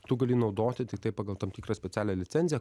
tu gali naudoti tiktai pagal tam tikrą specialią licenciją